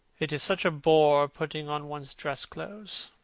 it is such a bore putting on one's dress-clothes,